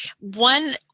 one